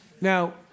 Now